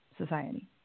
society